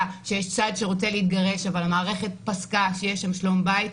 ששיש צד שרוצה להתגרש אבל מערכת פסקה שיש שם שלום בית.